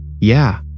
Yeah